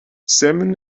salmon